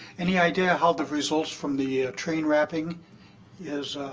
any idea how the results from the train wrapping is